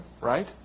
Right